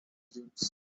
dreams